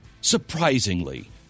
Surprisingly